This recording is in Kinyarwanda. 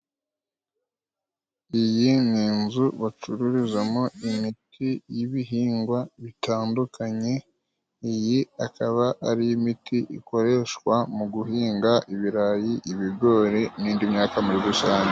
Iyi ni inzu bacururizamo imiti y'ibihingwa bitandukanye. Iyi ikaba ari imiti ikoreshwa mu guhinga ibirayi, ibigori n'indi myaka muri rusange.